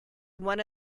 one